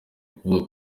kuvuga